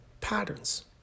patterns